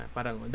Parang